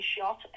shot